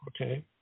okay